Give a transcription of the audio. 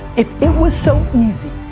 if it was so easy.